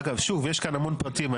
אגב, שוב, יש כאן המון פרטים.